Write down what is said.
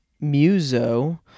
Muso